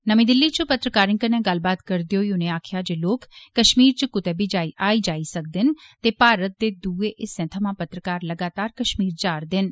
नमीं दिल्ली च पत्रकारें कन्नै गल्लबात करदे होई उनें आक्खेआ जे लोक कश्मीर च कुतै बी जाई सकदे न ते भारत दे दुए हिस्से थमां पत्रकार लगातार कश्मीर जा'रदे न